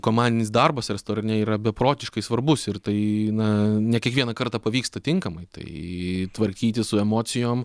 komandinis darbas restorane yra beprotiškai svarbus ir tai na ne kiekvieną kartą pavyksta tinkamai tai tvarkytis su emocijom